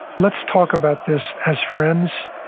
let's talk about this as friends,